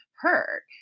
hurt